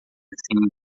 assim